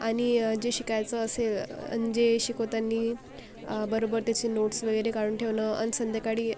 आणि जे शिकायचं असेल जे शिकवताना बरोबर त्याची नोट्स वगैरे काढून ठेवणं आणि संध्याकाळी